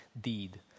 deed